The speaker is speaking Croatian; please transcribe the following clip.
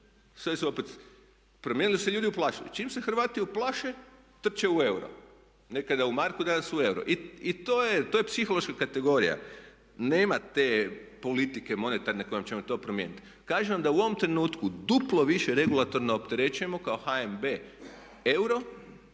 Sve se opet promijenilo jer su se ljudi uplašili. Čim se Hrvati uplaše trče u euro. Nekada u marku, danas u euro. I to je psihološka kategorija. Nema te politike monetarne kojom ćemo to promijeniti. Kažem vam da u ovom trenutku duplo više regulatorno opterećujemo kao HNB euro